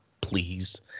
Please